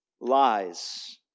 lies